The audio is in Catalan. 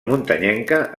muntanyenca